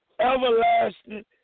everlasting